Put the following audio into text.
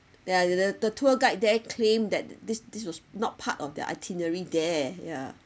ya ya the the tour guide they claim that this this was not part of the itinerary there ya